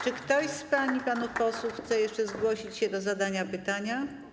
Czy ktoś z pań i panów posłów chce jeszcze zgłosić się do zadania pytania?